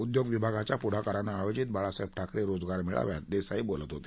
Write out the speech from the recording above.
उद्योग विभागाच्या पुढाकारानं आयोजित बाळासाहेब ठाकरे रोजगार मेळाव्यात देसाई बोलत होते